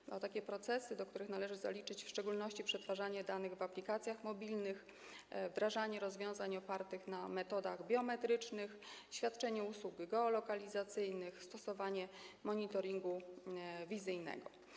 Chodzi o takie procesy, do których należy zaliczyć w szczególności przetwarzanie danych w aplikacjach mobilnych, wdrażanie rozwiązań opartych na metodach biometrycznych, świadczenie usług geolokalizacyjnych, stosowanie monitoringu wizyjnego.